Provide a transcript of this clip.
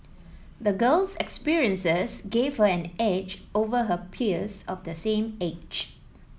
the girl's experiences gave her an edge over her peers of the same age